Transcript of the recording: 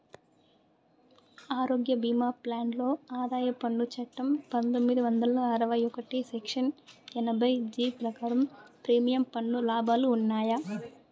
ఆరోగ్య భీమా ప్లాన్ లో ఆదాయ పన్ను చట్టం పందొమ్మిది వందల అరవై ఒకటి సెక్షన్ ఎనభై జీ ప్రకారం ప్రీమియం పన్ను లాభాలు ఉన్నాయా?